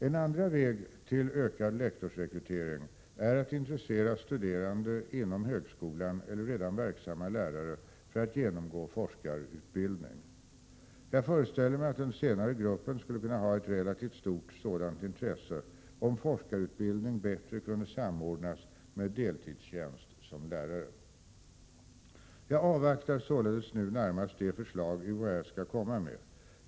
En andra väg till ökad lektorsrekrytering är att intressera studerande inom högskolan eller redan verksamma lärare för att genomgå forskarutbildning. Jag föreställer mig att den senare gruppen skulle kunna ha ett relativt stort intresse, om forskarutbildning bättre kunde samordnas med deltidstjänst som lärare. Jag avvaktar således nu närmast de förslag UHÄ skall komma med.